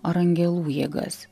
ar angelų jėgas